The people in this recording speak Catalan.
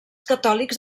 catòlics